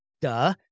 duh